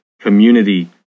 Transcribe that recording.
community